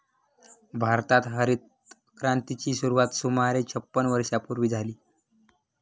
भारतात हरितक्रांतीची सुरुवात सुमारे छपन्न वर्षांपूर्वी झाली